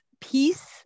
peace